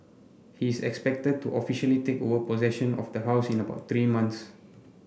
he is expected to officially take over possession of the house in about three months